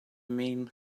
mean